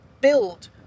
build